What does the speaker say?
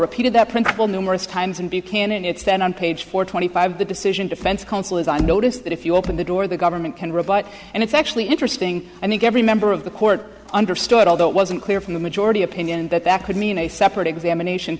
repeated that principle numerous times and buchanan it's then on page four twenty five the decision defense counsel is i notice that if you open the door the government can rebut and it's actually interesting i think every member of the court understood although it wasn't clear from the majority opinion that that could mean a separate examination